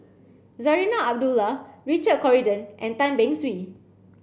Zarinah Abdullah Richard Corridon and Tan Beng Swee